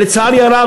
לצערי הרב,